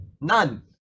none